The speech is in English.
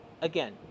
Again